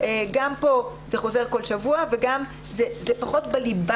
גם כאן זה חוזר כל שבוע וזה גם פחות בלבה